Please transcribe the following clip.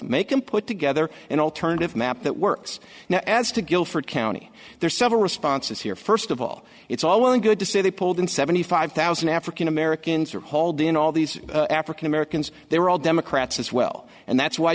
make them put together an alternative map that works now as to guilford county there's several responses here first of all it's all well and good to say they pulled in seventy five thousand african americans were hauled in all these african americans they were all democrats as well and that's why